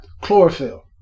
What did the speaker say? chlorophyll